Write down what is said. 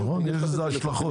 נכון, יש לזה השלכות.